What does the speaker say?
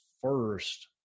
first